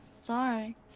Sorry